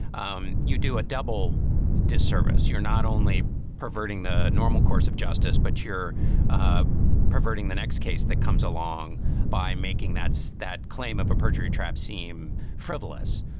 um you do a double disservice. you're not only perverting the normal course of justice, but you're ah perverting the next case that comes along by making that's that claim of a perjury trap seem frivolous.